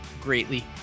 greatly